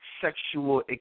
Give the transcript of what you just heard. Sexual